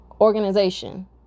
Organization